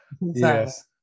yes